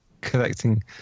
collecting